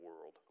world